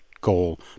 goal